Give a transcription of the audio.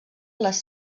les